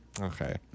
okay